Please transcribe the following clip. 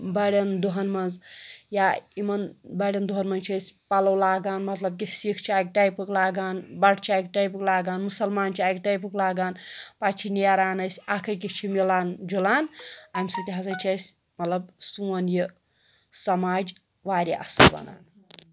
بَڑٮ۪ن دۄہَن منٛز یا یِمَن بَڑٮ۪ن دۄہَن منٛز چھِ أسۍ پَلَو لاگان مطلب کہِ سِکھ چھِ اَکہِ ٹایپُک لاگان بَٹہٕ چھِ اَکہِ ٹایپُک لاگان مُسلمان چھِ اَکہِ ٹایپُک لاگان پَتہٕ چھِ نیران أسۍ اَکھ أکِس چھِ مِلان جُلان اَمہِ سۭتۍ ہَسا چھِ أسۍ مطلب سون یہِ سَماج وارِیاہ اَصٕل بَنان